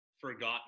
forgotten